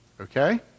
Okay